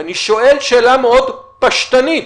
אני שואל שאלה מאוד פשוטה,